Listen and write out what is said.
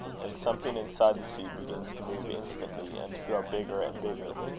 and something inside the seed begins to move instantly and to grow bigger and bigger,